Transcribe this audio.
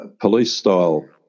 police-style